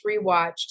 rewatched